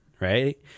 Right